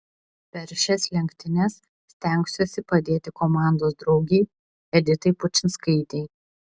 per šias lenktynes stengsiuosi padėti komandos draugei editai pučinskaitei